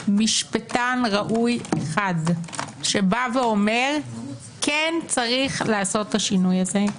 משפטן ראוי אחד שאומר: כן צריך לעשות את השינוי הזה,